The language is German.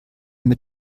mit